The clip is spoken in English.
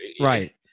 Right